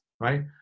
Right